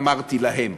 אמרתי להם,